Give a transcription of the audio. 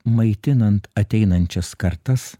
maitinant ateinančias kartas